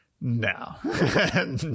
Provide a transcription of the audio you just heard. No